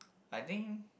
I think